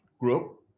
group